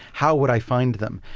how would i find them?